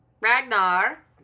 Ragnar